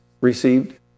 received